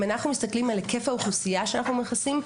אם אנחנו מסתכלים על היקף האוכלוסייה שאנחנו מכסים,